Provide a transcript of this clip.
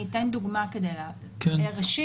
אתן דוגמה כדי להבהיר: בראשית,